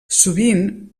sovint